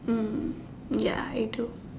mm ya I do